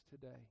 today